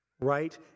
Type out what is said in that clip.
right